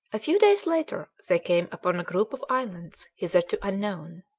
a few days later they came upon a group of islands hitherto unknown.